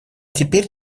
теперь